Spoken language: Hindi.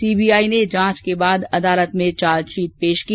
सीबीआई ने जांच के बाद अदालत में चार्जशीट पेश की